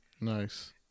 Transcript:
Nice